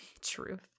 truth